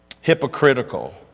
hypocritical